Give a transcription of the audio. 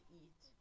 eat